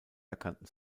erkannten